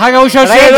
ואחר כך הוא שואל שאלות.